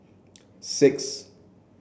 six